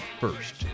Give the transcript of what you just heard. first